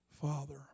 Father